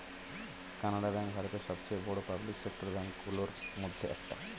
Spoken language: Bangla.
কানাড়া ব্যাঙ্ক ভারতের সবচেয়ে বড় পাবলিক সেক্টর ব্যাঙ্ক গুলোর মধ্যে একটা